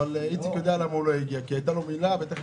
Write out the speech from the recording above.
אבל איציק יודע למה הייתה לו מילה ותיכף